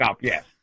yes